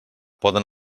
poden